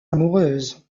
amoureuse